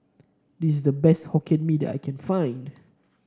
this is the best Hokkien Mee that I can find